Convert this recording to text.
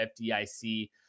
FDIC